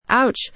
Ouch